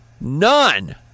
None